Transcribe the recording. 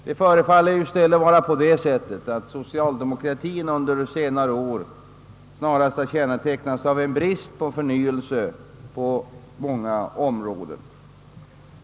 Det förefaller i stället vara så, att socialdemokratien under senare år har kännetecknats av en brist på förnyelse på många områden.